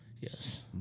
Yes